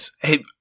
Hey